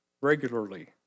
regularly